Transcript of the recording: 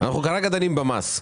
אנחנו כרגע דנים במס.